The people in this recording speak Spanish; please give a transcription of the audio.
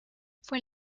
fue